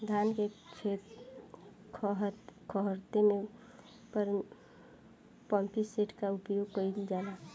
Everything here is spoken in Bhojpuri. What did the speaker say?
धान के ख़हेते में पम्पसेट का उपयोग कइल जाला?